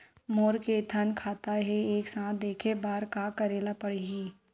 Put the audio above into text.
मोर के थन खाता हे एक साथ देखे बार का करेला पढ़ही?